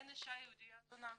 אין אישה יהודייה זונה.